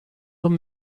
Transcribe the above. them